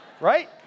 Right